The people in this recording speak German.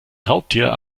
raubtier